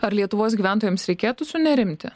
ar lietuvos gyventojams reikėtų sunerimti